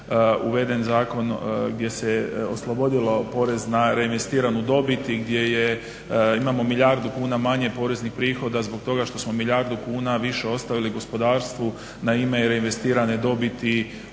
uveden zakon gdje se oslobodilo porez na reinvestiranu dobit i gdje je, imamo milijardu kuna manje poreznih prihoda zbog toga što smo milijardu kuna više ostavili gospodarstvu na ime reinvestirane dobiti